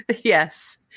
Yes